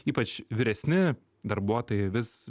ypač vyresni darbuotojai vis